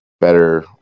better